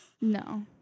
No